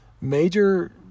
major